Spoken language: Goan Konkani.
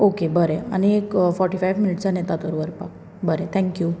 ओके बरें आनी एक फॉर्टी फायव मिनिट्सांनी येता तर व्हरपाक बरें थँक यू